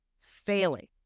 failing